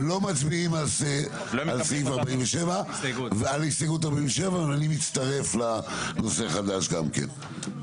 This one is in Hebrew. אם ככה אנחנו לא מצביעים על הסתייגות 47 ואני מצטרף לנושא חדש גם כן.